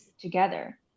together